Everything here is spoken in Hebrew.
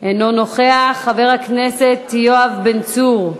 אינו נוכח, חבר הכנסת יואב בן צור,